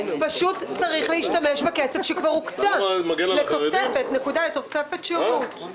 פשוט צריך להשתמש בכסף שכבר הוקצה לתוספת שירות.